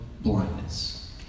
blindness